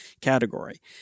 category